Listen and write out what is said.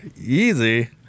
Easy